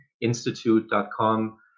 institute.com